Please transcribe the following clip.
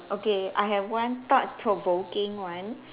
okay I have one thought provoking one